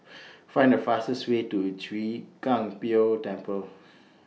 Find The fastest Way to Chwee Kang Beo Temple